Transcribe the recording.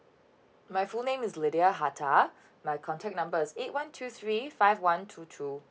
my full name is lydia hata my contact number is eight one two three five one two two